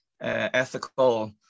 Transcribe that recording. ethical